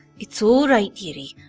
it's alright deary.